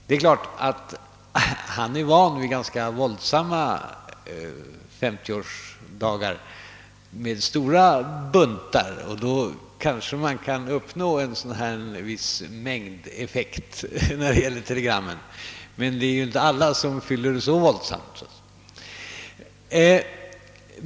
Herr Turesson kanske är van vid ganska våldsamma 50 årsdagar med stora buntar av telegram och då kanske en viss mängdeffekt kan uppnås, men det är inte alla som fyller så våldsamt.